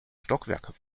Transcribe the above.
stockwerke